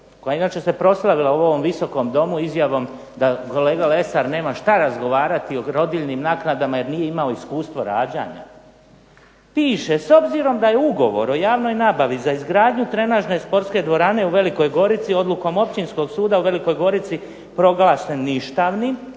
koja inače se proslavila u Visokom domu izjavom da kolega Lesar nema šta razgovarati o rodiljnim naknadama jer nije imao iskustvo rađanja, piše: "S obzirom da je ugovor o javnoj nabavi za izgradnju trenažne sportske dvorane u Velikoj Gorici odlukom Općinskom suda u Velikoj Gorici proglašen ništavnim",